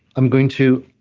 i'm going to.